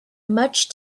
much